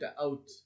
out